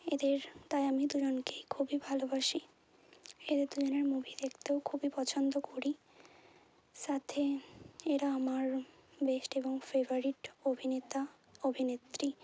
এদের তাই আমি দুজনকেই খুবই ভালোবাসি এদের দুজনের মুভি দেখতেও খুবই পছন্দ করি সাথে এরা আমার বেস্ট এবং ফেভারিট অভিনেতা অভিনেত্রী